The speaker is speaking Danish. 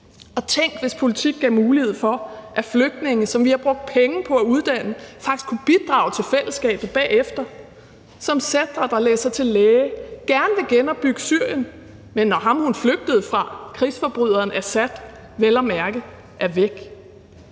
Tænk, hvis politik gav mulighed for, at flygtninge, som vi har brugt penge på at uddanne, faktisk kunne bidrage til fællesskabet bagefter – som Sedra, der læser til læge, og som gerne vil genopbygge Syrien, men når ham, hun flygtede fra, krigsforbryderen Assad, vel at mærke er væk.